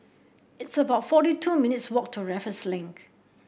it's about forty two minutes' walk to Raffles Link